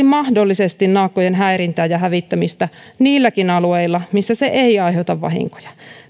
mahdollisesti naakkojen häirintää ja hävittämistä niilläkin alueilla missä se ei aiheuta vahinkoja